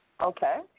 Okay